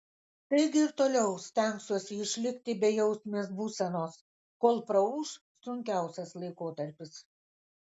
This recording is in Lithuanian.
taigi ir toliau stengsiuosi išlikti bejausmės būsenos kol praūš sunkiausias laikotarpis